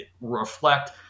reflect